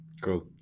cool